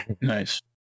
Nice